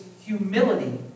humility